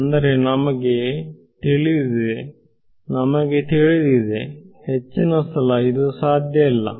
ಆದರೆ ನಮಗೆ ತಿಳಿದಿದೆ ಹೆಚ್ಚಿನ ಸಲ ಇದು ಸಾಧ್ಯ ಇಲ್ಲ